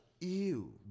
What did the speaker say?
ew